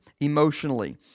emotionally